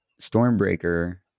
Stormbreaker